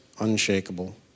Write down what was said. unshakable